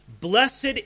Blessed